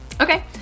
Okay